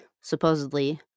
supposedly